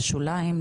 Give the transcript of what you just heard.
לשוליים,